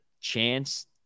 chance